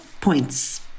points